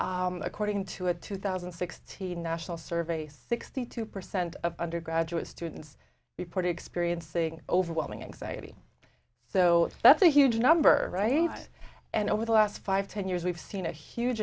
anxiety according to a two thousand and sixteen national survey sixty two percent of undergraduate students report experiencing overwhelming anxiety so that's a huge number right and over the last five ten years we've seen a huge